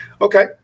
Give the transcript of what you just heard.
Okay